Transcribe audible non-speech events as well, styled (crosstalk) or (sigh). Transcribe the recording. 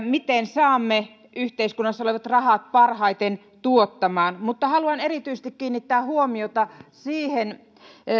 (unintelligible) miten saamme yhteiskunnassa olevat rahat parhaiten tuottamaan mutta haluan erityisesti kiinnittää huomiota siihen